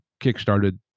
kickstarted